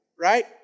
Right